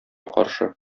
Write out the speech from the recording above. каршы